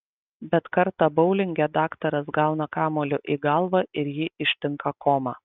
bet kartą boulinge daktaras gauna kamuoliu į galvą ir jį ištinka koma